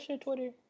Twitter